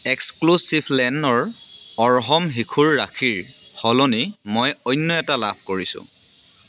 এক্সক্লুচিভলেনৰ অৰ্হম শিশুৰ ৰাখীৰ সলনি মই অন্য এটা লাভ কৰিছোঁ